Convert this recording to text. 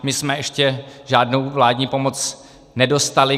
My jsme ještě žádnou vládní pomoc nedostali.